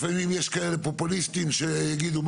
לפעמים יש כאלה פופוליסטים שיגידו,